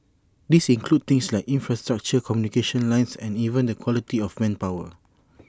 these include things like infrastructure communication lines and even the quality of manpower